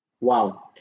Wow